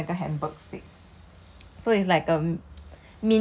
so it's a dish that you can make right it's called like I think hamburg ah